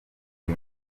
uyu